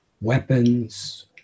weapons